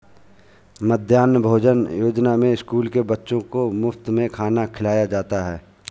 मध्याह्न भोजन योजना में स्कूल के बच्चों को मुफत में खाना खिलाया जाता है